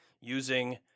using